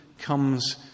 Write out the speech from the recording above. Comes